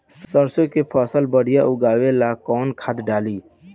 सरसों के फसल बढ़िया उगावे ला कैसन खाद डाली?